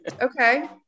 okay